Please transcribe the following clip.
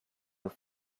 your